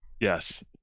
Yes